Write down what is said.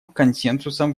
консенсусом